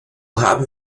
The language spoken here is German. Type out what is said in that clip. haben